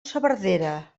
saverdera